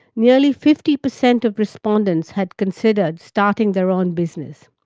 nearly fifty percent of respondents had considered starting their own business.